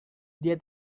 dia